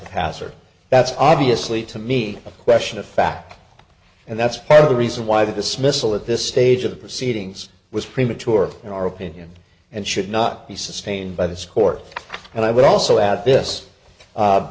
passer that's obviously to me a question of fact and that's part of the reason why the dismissal at this stage of the proceedings was premature in our opinion and should not be sustained by this court and i would also add this